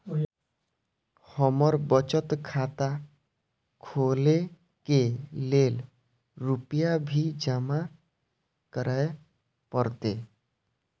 हमर बचत खाता खोले के लेल रूपया भी जमा करे परते?